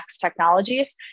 Technologies